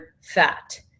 fat